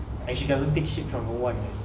and she doesn't take shit from no one